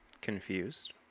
confused